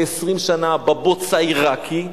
כ-20 שנה בבוץ העירקי,